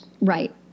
Right